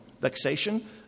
Vexation